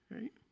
Right